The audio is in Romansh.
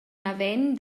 naven